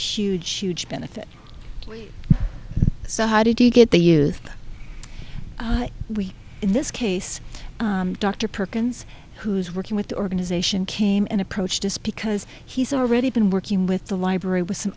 huge huge benefit so how did you get the youth we in this case dr perkins who is working with the organization came and approached us because he's already been working with the library with some